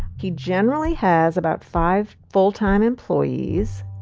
he generally has about five full-time employees.